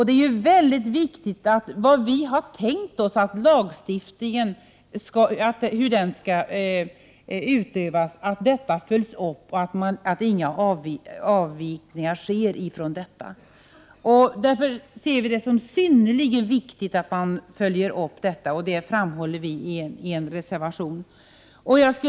Det är då väldigt viktigt att man följer upp om lagen utövas så som vi har tänkt oss och att inga avvikelser sker från detta. Därför ser vi det som synnerligen viktigt att man följer upp praxis. Det framhåller vi i denna reservation.